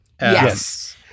Yes